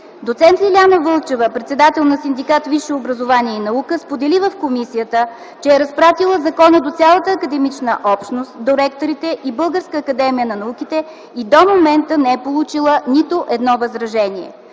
Доцент Илияна Вълчева – председател на Синдикат „Висше образование и наука”, сподели в комисията, че е разпратила закона до цялата академична общност, до ректорите и Българската академия на науките и до момента не е получила нито едно възражение.